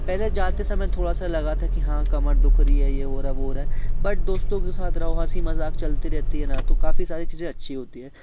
पहले जाते समय थोड़ा लगा था कि हाँ कमर दुख रही है ये हो रहा वो हो रहा है बट दोस्तों के साथ रहो हसी मजाक चलती रहती है न तो काफ़ी सारी चीज़ें अच्छी होती है